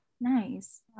Nice